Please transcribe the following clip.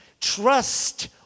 trust